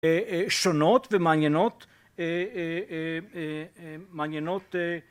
שונות ומעניינות, מעניינות..